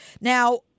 Now